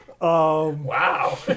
Wow